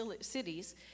cities